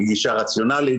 היא גישה רציונלית,